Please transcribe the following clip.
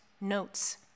notes